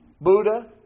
Buddha